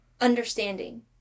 understanding